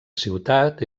ciutat